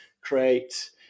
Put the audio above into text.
create